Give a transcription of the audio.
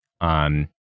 on